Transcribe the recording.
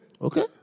Okay